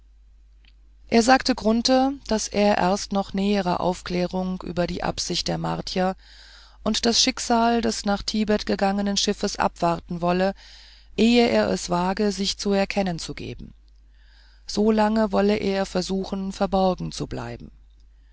er sagte grunthe daß er erst noch nähere aufklärung über die absichten der martier und das schicksal des nach tibet gegangenen schiffes abwarten wolle ehe er es wage sich zu erkennen zu geben solange wolle er versuchen verborgen zu bleiben